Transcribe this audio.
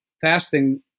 fasting